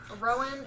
Rowan